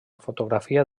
fotografia